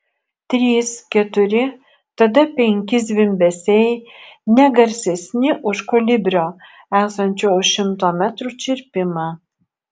trys keturi tada penki zvimbesiai ne garsesni už kolibrio esančio už šimto metrų čirpimą